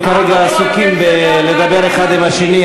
הם כרגע עסוקים בלדבר האחד עם השני,